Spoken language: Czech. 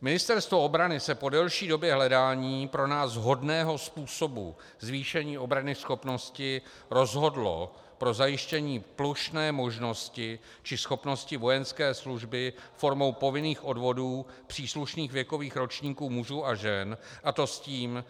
Ministerstvo obrany se po delší době hledání pro nás vhodného způsobu zvýšení obranyschopnosti rozhodlo pro zajištění plošné možnosti či schopnosti vojenské služby formou povinných odvodů příslušných věkových ročníků mužů a žen, a to s tím,